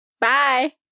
Bye